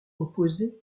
opposées